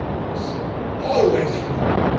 he said. always hume!